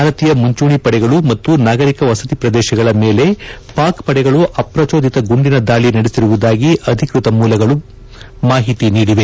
ಭಾರತೀಯ ಮುಂಚೂಣಿ ಪಡೆಗಳು ಮತ್ತು ನಾಗರಿಕ ವಸತಿ ಪ್ರದೇಶಗಳ ಮೇಲೆ ಪಾಕ್ ಪಡೆಗಳು ಅಪ್ರೋಚೊದಿತ ಗುಂಡಿನ ದಾಳಿ ನಡೆಸಿರುವುದಾಗಿ ಅಧಿಕೃತ ಮೂಲಗಳು ಮಾಹಿತಿ ನೀಡಿವೆ